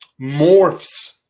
morphs